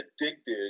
addicted